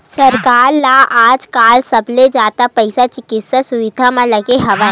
सरकार ल आजकाल सबले जादा पइसा चिकित्सा सुबिधा म लगे हवय